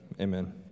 amen